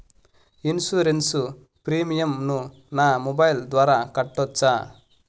Insurance premium ను నా mobile ద్వారా కట్టొచ్చా?